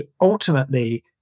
ultimately